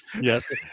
Yes